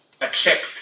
accept